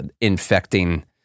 infecting